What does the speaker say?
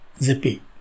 zippy